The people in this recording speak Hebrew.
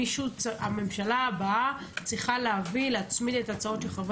שהממשלה הבאה צריכה להביא, להצמיד את הצעות החוק